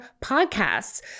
podcasts